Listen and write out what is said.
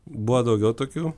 buvo daugiau tokių